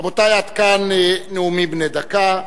רבותי, עד כאן נאומים בני דקה.